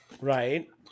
right